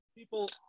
People